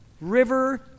river